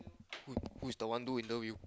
who who is the one do interview